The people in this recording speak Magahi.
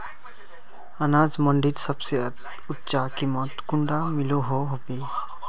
अनाज मंडीत सबसे ऊँचा कीमत कुंडा मिलोहो होबे?